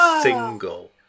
single